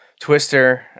Twister